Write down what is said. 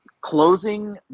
closing